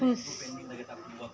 ख़ुश